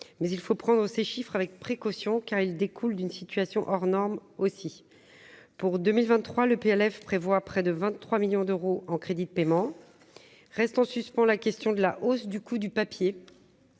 mais il faut prendre ces chiffres avec précaution car il découle d'une situation hors norme aussi pour 2023 le PLF prévoit près de 23 millions d'euros en crédits de paiement reste en suspens la question de la hausse du coût du papier,